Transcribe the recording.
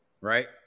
Right